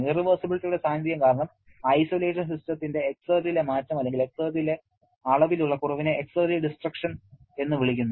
ഇറവെർസിബിലിറ്റിയുടെ സാന്നിധ്യം കാരണം ഐസൊലേറ്റഡ് സിസ്റ്റത്തിന്റെ എക്സർജിയിലെ മാറ്റം അല്ലെങ്കിൽ എക്സർജിയിലെ അളവിലുള്ള കുറവിനെ എക്സർജി ഡിസ്ട്രക്ഷൻ എന്ന് വിളിക്കുന്നു